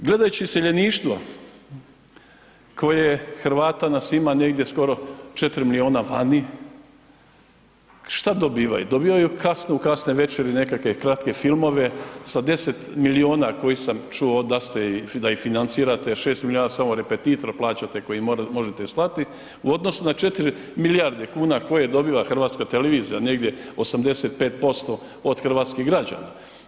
Gledajući iseljeništvo koje Hrvata nas ima negdje skoro 4 milijuna vani, šta dobivaju, dobivaju kasno, u kasne večeri nekakve kratke filmove sa 10 milijuna koje sam čuo da ste, da ih financirate, 6 milijuna samo repetitor plaćate koji možete i slati, u odnosu na 4 milijarde kuna koje dobiva HRT, negdje 85% od hrvatskih građana.